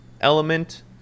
element